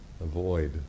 Avoid